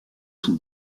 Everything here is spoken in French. son